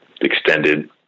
extended